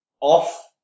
off